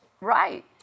Right